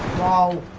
while